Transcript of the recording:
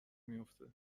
میافته